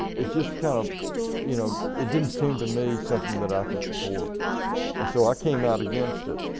it just kind of you know it didn't seem to me something that i could support and so i came out against it.